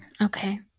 Okay